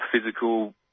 physical